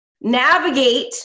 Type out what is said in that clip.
navigate